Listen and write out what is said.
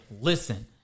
listen